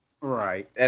Right